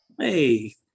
Hey